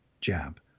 jab